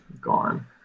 gone